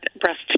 breast